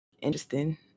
Interesting